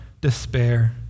despair